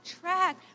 track